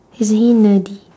is he nerdy